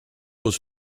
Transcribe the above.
was